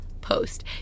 post